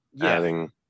adding